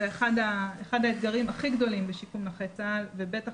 זה אחד האתגרים הכי גדולים בשיקום נכי צה"ל ובטח